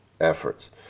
efforts